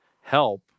help